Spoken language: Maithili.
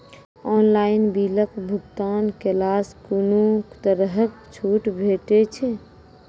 ऑनलाइन बिलक भुगतान केलासॅ कुनू तरहक छूट भेटै छै?